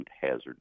hazard